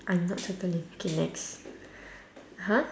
I'm not circling K next !huh!